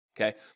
Okay